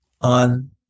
on